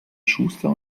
schuster